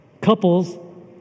Couples